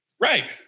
Right